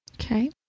Okay